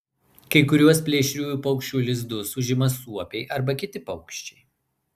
kai kuriuos plėšriųjų paukščių lizdus užima suopiai arba kiti paukščiai